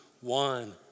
one